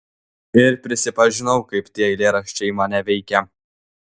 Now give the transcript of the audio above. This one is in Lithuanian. ir prisipažinau kaip tie eilėraščiai mane veikia